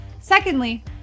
Secondly